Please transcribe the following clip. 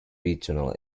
regional